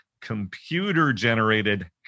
computer-generated